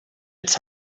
its